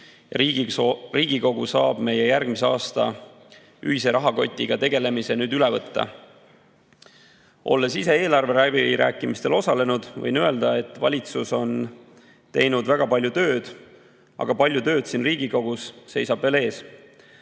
Riigikogu saab meie järgmise aasta ühise rahakotiga tegelemise nüüd üle võtta. Olles ise eelarve läbirääkimistel osalenud, võin öelda, et valitsus on teinud väga palju tööd. Aga palju tööd siin Riigikogus seisab veel ees.